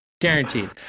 Guaranteed